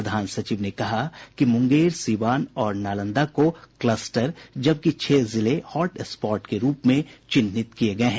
प्रधान सचिव ने कहा कि मुंगेर सीवान और नालंदा को कलस्टर जबकि छह जिले हॉटस्पॉट के रूप में चिन्हित किये गये हैं